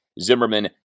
Zimmerman